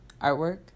artwork